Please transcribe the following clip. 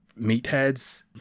meatheads